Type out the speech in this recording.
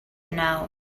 now